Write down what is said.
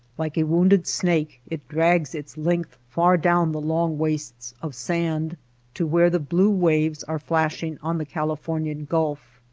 like a wounded snake it drags its length far down the long wastes of sand to where the blue waves are flashing on the calif ornian gulf.